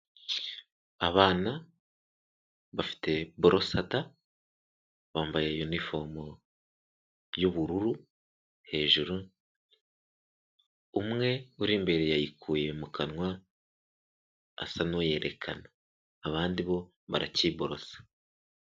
Abana bafite borosada bambaye yunifomu y'ubururu hejuru, umwe uri imbere yayikuye mu kanwa asa n'uyerekana abandi bo barakiborosa.